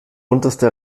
unterste